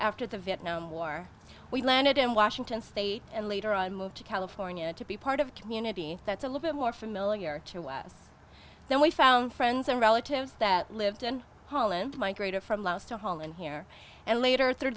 after the vietnam war we landed in washington state and later on moved to california to be part of a community that's a little more familiar to us then we found friends and relatives that lived in poland migrated from laos to holland here and later through